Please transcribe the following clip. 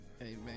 Amen